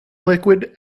liquid